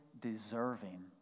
deserving